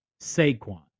Saquon